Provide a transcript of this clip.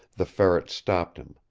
the ferret stopped him.